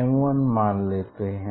m1 मान लेते हैं